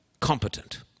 Competent